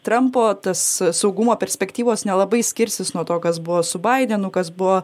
trampo tas saugumo perspektyvos nelabai skirsis nuo to kas buvo su baidenu kas buvo